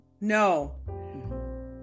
no